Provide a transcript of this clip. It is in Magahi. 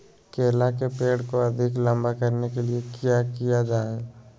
केला के पेड़ को अधिक लंबा करने के लिए किया किया जाए?